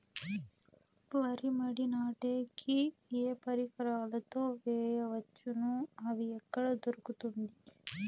వరి మడి నాటే కి ఏ పరికరాలు తో వేయవచ్చును అవి ఎక్కడ దొరుకుతుంది?